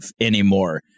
anymore